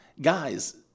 Guys